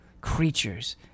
creatures